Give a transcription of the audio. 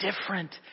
different